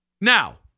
Now